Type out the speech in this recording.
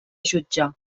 jutge